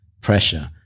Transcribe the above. pressure